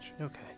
Okay